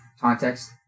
context